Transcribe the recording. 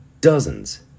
dozens